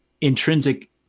intrinsic